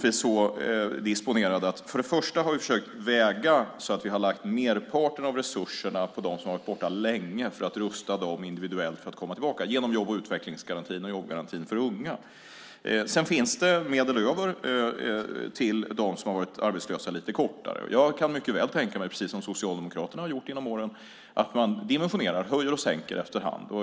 Vi har försökt väga så att vi har lagt merparten av resurserna på dem som har varit borta länge för att rusta dem individuellt att komma tillbaka genom jobb och utvecklingsgarantin och jobbgarantin för unga. Det finns medel över till dem som har varit arbetslösa lite kortare tid. Jag kan mycket väl tänka mig att man, precis som Socialdemokraterna har gjort genom åren, dimensionerar och höjer och sänker efter hand.